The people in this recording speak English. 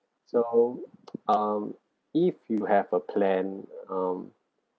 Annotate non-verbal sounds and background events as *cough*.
so *noise* um if you have a plan um